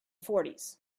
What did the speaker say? fourties